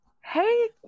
Hey